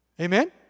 Amen